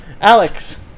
Alex